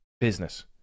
business